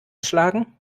schlagen